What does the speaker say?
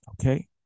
Okay